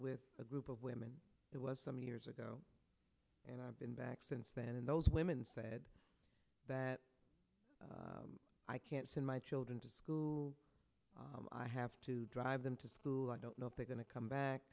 with a group of women it was some years ago and i've been back since then and those women said that i can't send my children to school i have to drive them to school i don't know if they're going to come back